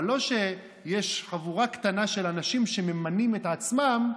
אבל לא כשיש חבורה קטנה של אנשים שממנים את עצמם,